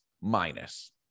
minus